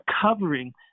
covering